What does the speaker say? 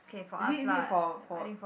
is it is it for for